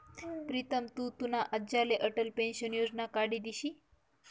प्रीतम तु तुना आज्लाले अटल पेंशन योजना काढी दिशी